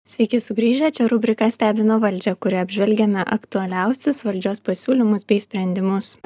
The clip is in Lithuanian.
sveiki sugrįžę čia rubrika stebime valdžią kurioj apžvelgiame aktualiausius valdžios pasiūlymus bei sprendimus